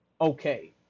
okay